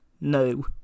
No